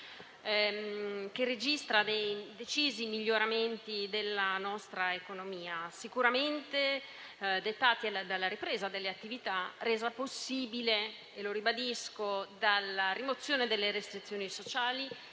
che registra decisi miglioramenti della nostra economia, sicuramente dettati dalla ripresa delle attività, resa possibile - lo ribadisco - dalla rimozione delle restrizioni sociali